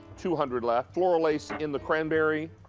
two hundred left. floral lace in the cranberry.